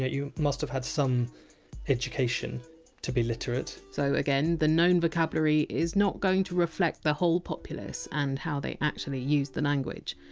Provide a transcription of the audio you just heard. you must have had some education to be literate so, again, the known vocabulary is not going to reflect the whole populace and how they used the language.